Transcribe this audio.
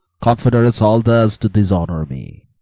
confederates all thus to dishonour me.